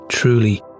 Truly